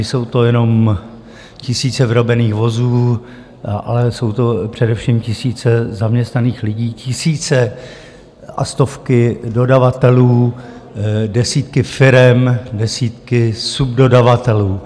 Nejsou to jenom tisíce vyrobených vozů, ale jsou to především tisíce zaměstnaných lidí, tisíce a stovky dodavatelů, desítky firem, desítky subdodavatelů.